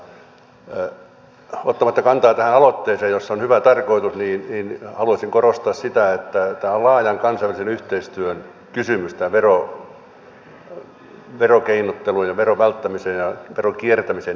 ottamatta kantaa tähän aloitteeseen jossa on hyvä tarkoitus haluaisin korostaa sitä että tämä verokeinottelu ja veron välttämisen ja veronkiertämisen estäminen on laajan kansainvälisen yhteistyön kysymys